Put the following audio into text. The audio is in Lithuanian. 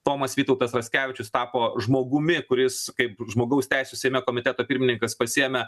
tomas vytautas raskevičius tapo žmogumi kuris kaip žmogaus teisių seime komiteto pirmininkas pasiėmė